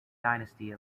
dynasty